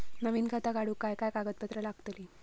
नवीन खाता काढूक काय काय कागदपत्रा लागतली?